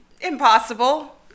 impossible